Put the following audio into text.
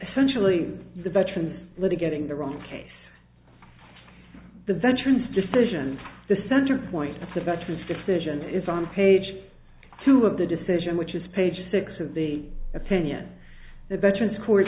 essentially the veterans litigating the wrong case the veterans decision the center point of the veterans decision is on page two of the decision which is page six of the opinion that veterans court